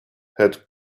had